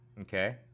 okay